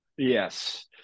Yes